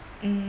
mm